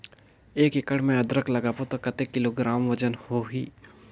एक एकड़ मे अदरक लगाबो त कतेक किलोग्राम वजन होही?